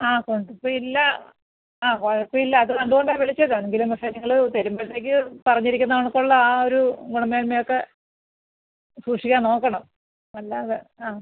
ആ കുഴപ്പമില്ല ആ കുഴപ്പമില്ലത് അതുകൊണ്ടാണ് വിളിച്ചത് എങ്കിലും പക്ഷേ നിങ്ങൾ തരുമ്പഴത്തേക്ക് പറഞ്ഞിരിക്കുന്ന കണക്കുള്ള ആ ഒരു ഗുണമേന്മയൊക്കെ സൂക്ഷിക്കാൻ നോക്കണം അല്ലാതെ ആ